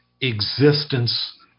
existence